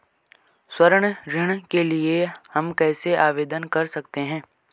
स्वर्ण ऋण के लिए हम कैसे आवेदन कर सकते हैं?